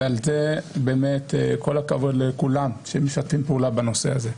ועל זה באמת כל הכבוד לכולם שמשתפים פעולה בנושא הזה.